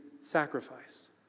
sacrifice